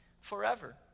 forever